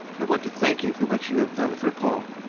i want to thank you for what you have done for paul.